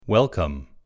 Welcome